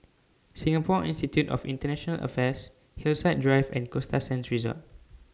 Singapore Institute of International Affairs Hillside Drive and Costa Sands Resort